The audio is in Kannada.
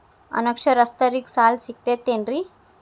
ಅನಕ್ಷರಸ್ಥರಿಗ ಸಾಲ ಸಿಗತೈತೇನ್ರಿ?